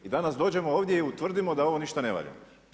I danas dođemo ovdje i utvrdimo da ovo ništa ne valja.